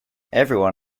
everyone